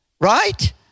Right